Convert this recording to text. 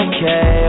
Okay